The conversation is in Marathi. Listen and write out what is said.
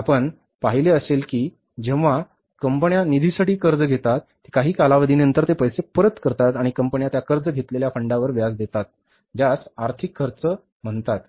आपण पाहिले असेल की जेव्हा कंपन्या निधीसाठी कर्ज घेतात ते काही कालावधीनंतर ते पैसे परत करतात आणि कंपन्या त्या कर्ज घेतलेल्या फंडावर व्याज देतात ज्यास आर्थिक खर्च म्हणतात